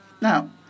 Now